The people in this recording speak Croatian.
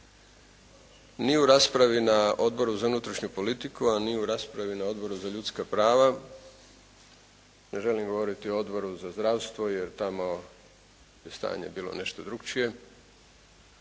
Ni u raspravi za Odboru za unutrašnju politiku, a ni u raspravi na Odboru za ljudska prava, ne želim govoriti o Odboru za zdravstvo jer tamo je stanje bilo nešto drukčije,